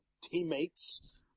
teammates